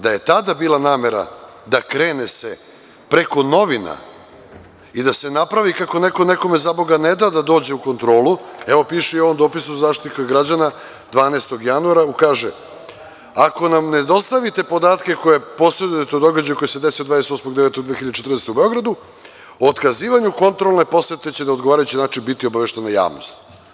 Da je tada bila namera da se krene preko novina i da se napravi kako neko nekome, zaboga, ne da da dođe u kontrolu, evo, piše i u ovom dopisu Zaštitnika građana, 12. januara: „Ako nam ne dostavite podatke koje posedujete o događaju koji se desio 28. 09. 2014. godine u Beogradu, o otkazivanju kontrolne posete će na odgovarajući način biti obaveštena javnost“